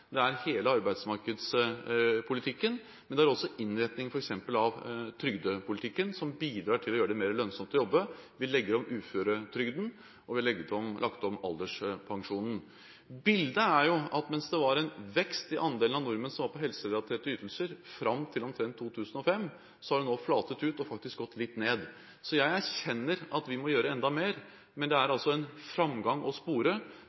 det er hele arbeidsmarkedspolitikken, og det er også innretningen av f.eks. trygdepolitikken som bidrar til å gjøre det mer lønnsomt å jobbe. Vi legger om uføretrygden, og vi har lagt om alderspensjonen. Bildet er at mens det var en vekst i andelen nordmenn som var på helserelaterte ytelser fram til omtrent 2005, har dette nå flatet ut og faktisk gått litt ned. Jeg erkjenner at vi må gjøre enda mer, men det er